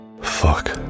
fuck